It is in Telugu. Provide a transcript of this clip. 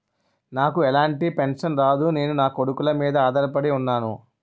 నాకు ఎలాంటి పెన్షన్ రాదు నేను నాకొడుకుల మీద ఆధార్ పడి ఉన్నాను